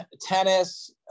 tennis –